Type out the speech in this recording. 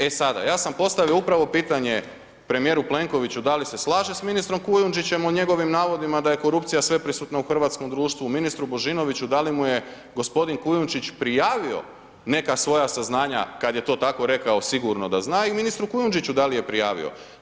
E sada, ja sam postavio upravo pitanje premijeru Plenkoviću da li se slaže s ministrom Kujundžićem u njegovim navodima da je korupcija sveprisutna u hrvatskom društvu, ministru Božinoviću, da li mu je g. Kujundžić prijavio neka svoja saznanja, kad je to tako rekao, sigurno da zna i ministru Kujundžiću da li je prijavio.